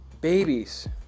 babies